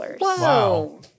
Wow